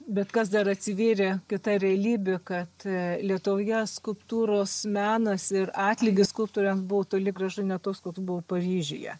bet kas dar atsivėrė kita realybė kad lietuvoje skulptūros menas ir atlygis skulptoriams buvo toli gražu ne toks koks buvo paryžiuje